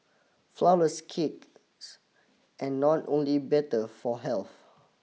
flourless cakes and not only better for health